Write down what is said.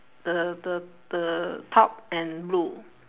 the the the top and blue